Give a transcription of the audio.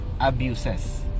abuses